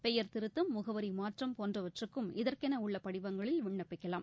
பெயர் திருத்தம் முகவரி மாற்றம் போன்றவற்றுக்கும் இதற்கௌ உள்ள படிவங்களில் விண்ணப்பிக்கலாம்